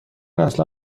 اصلا